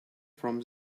from